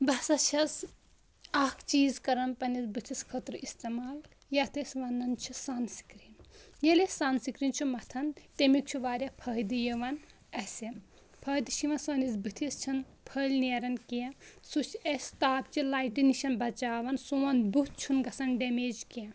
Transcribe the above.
بٕہٕ ہسا چھَس اَکھ چیٖز کَران پَنٛنِس بٕتھِس خٲطرٕ استعمال یَتھ أسۍ وَنان چھِ سَنسِکریٖن ییٚلہِ أسۍ سَنسِکریٖن چھُ مَتھان تمیُٚک چھُ واریاہ فٲیِدٕ یِوان اَسہِ فٲیِدٕ چھِ یِوان سٲنِس بٕتھِس چھِنہٕ پھٔلۍ نیٚران کینٛہہ سُہ چھُ اَسہِ تاپچہِ لایٹہِ نِش بَچاوان سون بُتھ چھُنہٕ گَژھان ڈٮ۪میج کینٛہہ